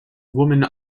women